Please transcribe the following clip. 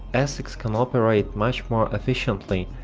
asics can operate much more efficiently,